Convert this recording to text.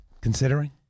considering